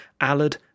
Allard